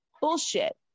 bullshit